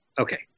Okay